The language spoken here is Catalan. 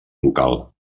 local